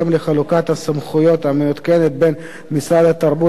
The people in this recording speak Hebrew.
הסמכויות המעודכנת בין משרד התרבות והספורט,